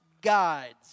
guides